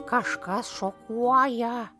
kažkas šokuoja